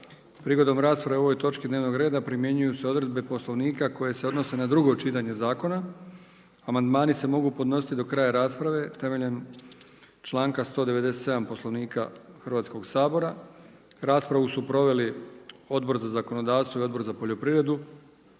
Prigodom rasprave o ovoj točki dnevnog reda primjenjuju se odredbe Poslovnika koje se odnose na drugo čitanje zakona. Amandmani se mogu podnositi do kraja rasprave temeljem članka 197. Poslovnika Hrvatskog sabora. Raspravu su proveli Odbor za zakonodavstvo i Odbor za poljoprivredu.